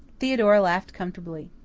theodora laughed comfortably.